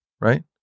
right